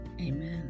Amen